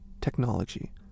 technology